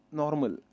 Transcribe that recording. normal